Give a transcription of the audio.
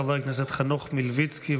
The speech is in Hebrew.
חבר הכנסת חנוך מלביצקי,